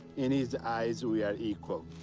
in his eyes, we are equal.